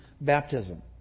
baptism